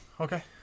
Okay